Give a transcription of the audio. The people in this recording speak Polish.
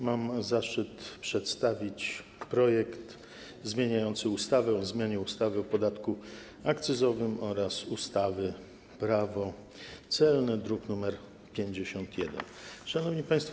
Mam zaszczyt przedstawić projekt ustawy zmieniającej ustawę o zmianie ustawy o podatku akcyzowym oraz ustawy Prawo celne, druk nr 51. Szanowni Państwo.